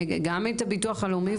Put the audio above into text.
גם את הביטוח הלאומי,